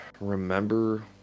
remember